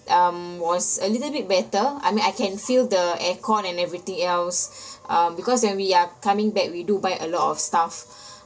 um was a little bit better I mean I can feel the aircon and everything else uh because when we are coming back we do buy a lot of stuff